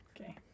Okay